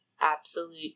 absolute